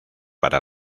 para